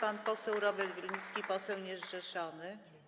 Pan poseł Robert Winnicki, poseł niezrzeszony.